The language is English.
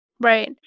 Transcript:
Right